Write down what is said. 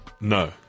No